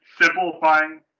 simplifying